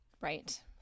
Right